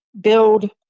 build